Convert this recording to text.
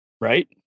Right